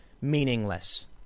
meaningless